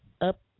up